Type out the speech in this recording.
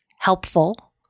Helpful